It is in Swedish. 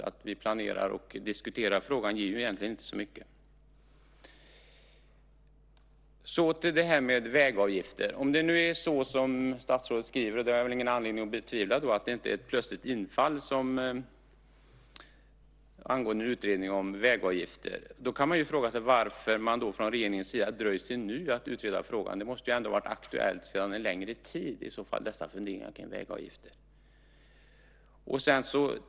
Att vi planerar och diskuterar frågan ger egentligen inte så mycket. Om det är som statsrådet skriver - jag har väl ingen anledning att betvivla det och tro att det är ett plötsligt infall - angående utredningen om vägavgifter kan man fråga sig varför regeringen dröjt till nu att utreda frågan. Funderingarna kring vägavgifter måste ändå ha varit aktuella sedan en längre tid.